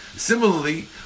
Similarly